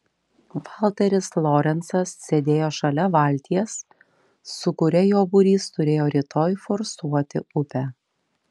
valteris lorencas sėdėjo šalia valties su kuria jo būrys turėjo rytoj forsuoti upę